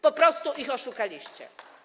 Po prostu ich oszukaliście.